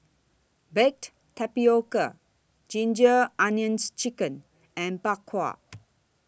Baked Tapioca Ginger Onions Chicken and Bak Kwa